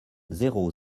zéro